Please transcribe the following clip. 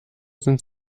sind